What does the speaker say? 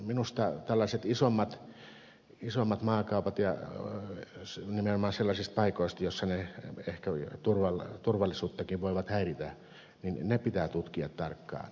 minusta tällaiset isommat maakaupat nimenomaan sellaisista paikoista joissa ne ehkä turvallisuuttakin voivat häiritä pitää tutkia tarkkaa